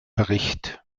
bericht